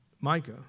Micah